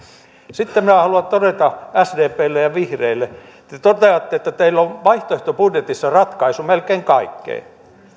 sitten minä haluan todeta sdplle ja vihreille te te toteatte että teillä on vaihtoehtobudjetissa ratkaisu melkein kaikkeen